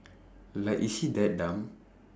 like is she that dumb